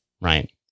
Right